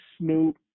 Snoop